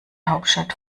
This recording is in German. hauptstadt